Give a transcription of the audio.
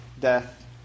death